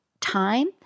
time